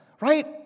right